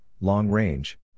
long-range